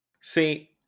See